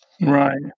Right